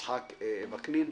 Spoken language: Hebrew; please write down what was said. יצחק וקנין.